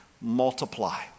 multiply